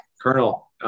Colonel